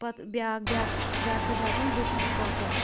پتہٕ بیٛاکھ بیٛاکھ گھرٕ تہِ دپان بہٕ تہِ تھاوٕ کۄکَر